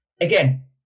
again